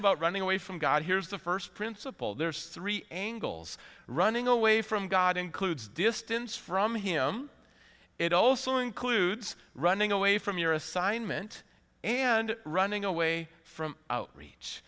about running away from god here's the first principle there's three angles running away from god includes distance from him it also includes running away from your assignment and running away from outreach